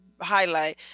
highlight